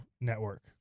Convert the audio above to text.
Network